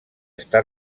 està